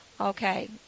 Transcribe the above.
Okay